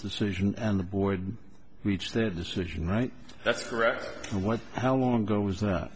decision and the board reached their decision right that's correct and what how long ago was that